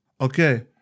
Okay